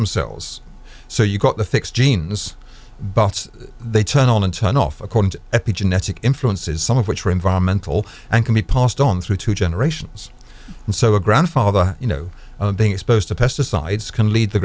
themselves so you got the fix genes but they turn on and turn off according to the genetic influences some of which are environmental and can be passed on through two generations and so a grandfather you know being exposed to pesticides can lead the